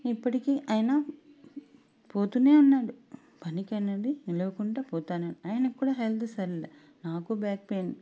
ఇప్పటికి ఆయన పోతూనే ఉన్నాడు పనికనేది నిలువకుండా పోతానే ఆయనకీ కూడా హెల్త్ సరిలే నాకూ బ్యాక్ పెయిన్